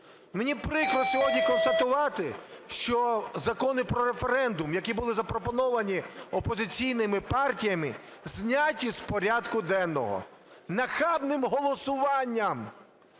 Мені прикро сьогодні констатувати, що закони про референдум, які були запропоновані опозиційними партіями, зняті з порядку денного нахабним голосуванням,